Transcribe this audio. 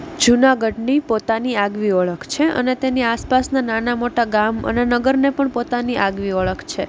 જુનાગઢની પોતાની આગવી ઓળખ છે અને તેની આસપાસના નાના મોટા ગામ અને નગરને પણ પોતાની આગવી ઓળખ છે